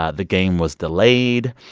ah the game was delayed.